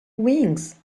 wings